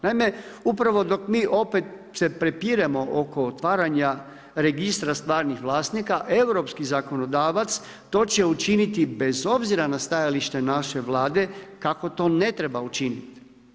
Naime, upravo dok mi opet se prepiremo oko otvaranja registra stvarnih vlasnika, europski zakonodavac to će učiniti bez obzira na stajalište naše Vlade kako to ne treba učiniti.